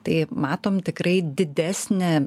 tai matom tikrai didesnį